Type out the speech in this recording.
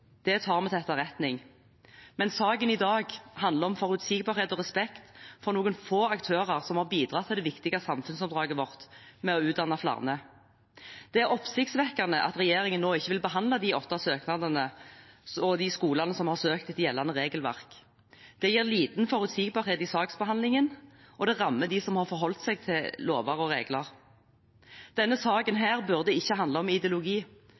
Det tar vi til etterretning. Saken i dag handler om forutsigbarhet og respekt for noen få aktører som har bidratt til det viktige samfunnsoppdraget vårt ved å utdanne flere. Det er oppsiktsvekkende at regjeringen nå ikke vil behandle de søknadene til de åtte skolene som har søkt etter gjeldende regelverk. Det gir liten forutsigbarhet i saksbehandlingen, og det rammer dem som har forholdt seg til lover og regler. Denne saken burde ikke handle om ideologi.